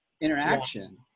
interaction